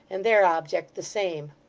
and their object the same.